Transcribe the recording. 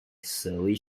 surly